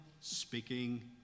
speaking